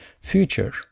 future